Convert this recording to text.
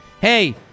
Hey